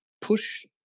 push